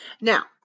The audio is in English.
Now